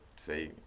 Say